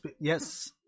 Yes